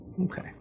Okay